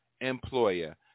employer